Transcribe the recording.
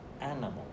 animal